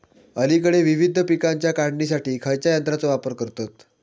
अलीकडे विविध पीकांच्या काढणीसाठी खयाच्या यंत्राचो वापर करतत?